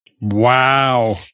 Wow